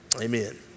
Amen